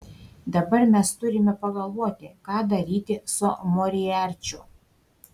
dabar mes turime pagalvoti ką daryti su moriarčiu